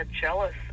jealous